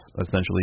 essentially